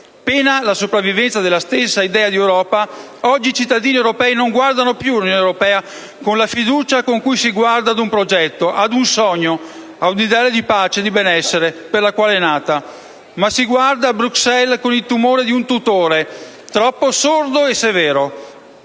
Pena la sopravvivenza della stessa idea d'Europa, oggi i cittadini europei non guardano più all'Unione europea con la fiducia con cui si guarda a un progetto, ad un sogno, a un ideale di pace e di benessere (per il quale è nata), ma si guarda a Bruxelles con il timore di un tutore troppo sordo e severo,